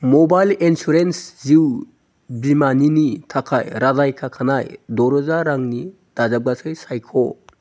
mobile insurance जिउ बिमानि थाखाय रादाय खाखानाय द'रोजा रांनि दाजाबगासै सायख'